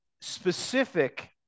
specific